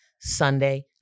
Sunday